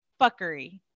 fuckery